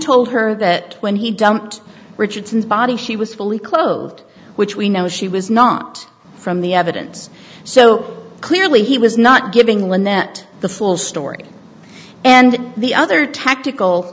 told her that when he dumped richardson's body she was fully clothed which we know she was not from the evidence so clearly he was not giving lynette the full story and the other tactical